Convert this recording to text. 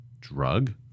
Drug